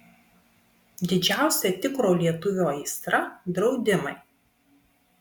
didžiausia tikro lietuvio aistra draudimai